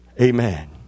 Amen